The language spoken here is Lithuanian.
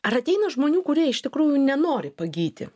ar ateina žmonių kurie iš tikrųjų nenori pagyti